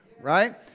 right